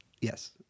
Yes